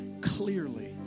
clearly